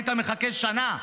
היית מחכה שנה.